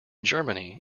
germany